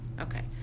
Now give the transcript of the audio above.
okay